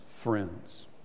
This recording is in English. friends